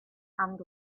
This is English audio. and